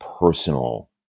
personal